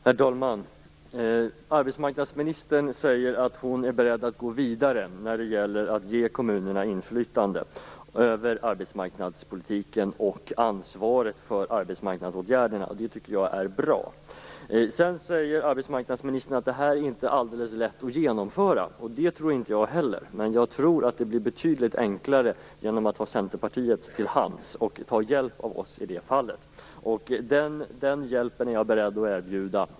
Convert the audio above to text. Herr talman! Arbetsmarknadsministern säger att hon är beredd att gå vidare när det gäller att ge kommunerna inflytande över arbetsmarknadspolitiken och ansvaret för arbetsmarknadsåtgärderna, och det tycker jag är bra. Arbetsmarknadsministern säger också att det här inte är alldeles lätt att genomföra. Det tror inte jag heller, men jag tror att det blir betydligt enklare genom att ha Centerpartiet till hands och ta hjälp av Centerpartiet i det fallet. Den hjälpen är jag beredd att erbjuda.